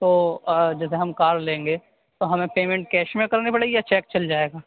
تو جیسے ہم کار لیں گے تو ہمیں پیمینٹ کیش میں کرنی پڑے گی یا چیک چل جائے گا